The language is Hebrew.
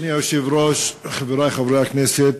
אדוני היושב-ראש, חברי חברי הכנסת,